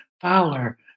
Fowler